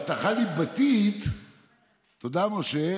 בוועדה שעיקר יחסי דת ומדינה והחקיקה של היחסים הללו הכי רגישה,